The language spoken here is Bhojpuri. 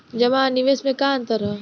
जमा आ निवेश में का अंतर ह?